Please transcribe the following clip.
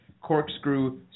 Corkscrew